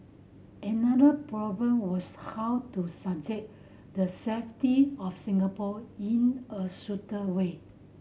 another problem was how to suggest the safety of Singapore in a suitor way